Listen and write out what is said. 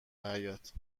حیاط